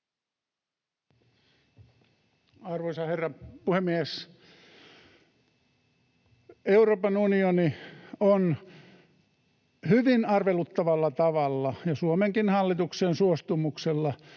Arvoisa herra puhemies! Euroopan unioni on hyvin arveluttavalla tavalla ja Suomenkin hallituksen suostumuksella